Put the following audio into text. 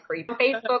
Facebook